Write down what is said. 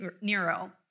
Nero